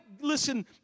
Listen